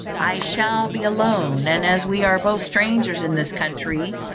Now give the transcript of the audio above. i shall be alone and, as we are both strangers in this country,